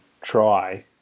try